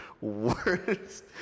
worst